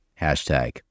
hashtag